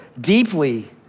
deeply